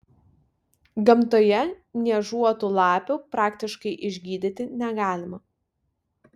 gamtoje niežuotų lapių praktiškai išgydyti negalima